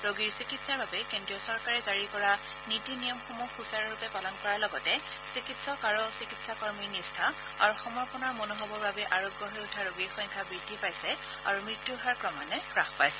ৰোগীৰ চিকিৎসাৰ বাবে কেন্দ্ৰীয় চৰকাৰে জাৰি কৰা নীতি নিয়মসমূহ সুচাৰুৰূপে পালন কৰাৰ লগতে চিকিৎসক আৰু চিকিৎসাকৰ্মীৰ নিষ্ঠা আৰু সমৰ্পণৰ মনোভাৱৰ বাবেই আৰোগ্য হৈ উঠা ৰোগীৰ সংখ্যা বৃদ্ধি পাইছে আৰু মৃত্যুৰ হাৰ ক্ৰমান্বয়ে হ্ৰাস পাইছে